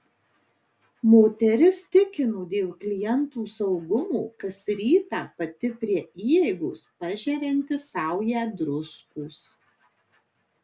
moteris tikino dėl klientų saugumo kas rytą pati prie įeigos pažerianti saują druskos